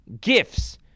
gifts